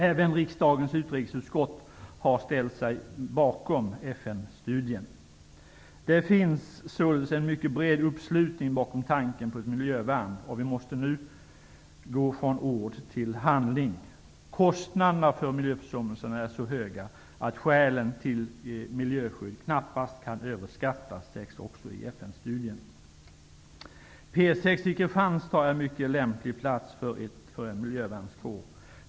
Även riksdagens utrikesutskott har ställt sig bakom Det finns således en mycket bred uppslutning bakom tanken på ett miljövärn, och vi måste nu gå från ord till handling. Kostnaderna för miljöförsummelserna är så höga att skälen till miljöskydd knappast kan överskattas, sägs det också i FN-studien.